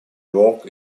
work